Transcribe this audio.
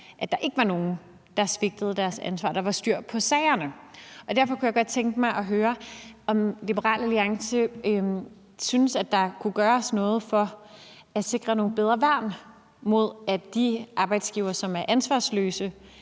at der ikke var nogen, der svigtede deres ansvar, og at der var styr på sagerne. Derfor kunne jeg godt tænke mig at høre, om Liberal Alliance synes, der kunne gøres noget for at sikre nogle bedre værn mod, at de arbejdsgivere, som er ansvarsløse,